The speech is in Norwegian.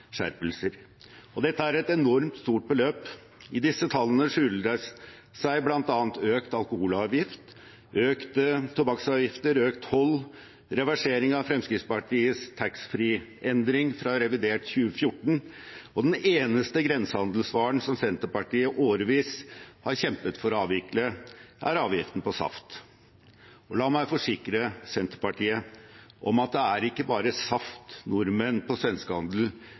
Dette er et enormt stort beløp. I disse tallene skjuler det seg bl.a. økt alkoholavgift, økte tobakksavgifter, økt toll og reversering av Fremskrittspartiets taxfree-endring fra revidert 2014. Den eneste grensehandelsvaren som Senterpartiet i årevis har kjempet for å avvikle, er avgiften på saft. La meg forsikre Senterpartiet om at det ikke bare er saft nordmenn på svenskehandel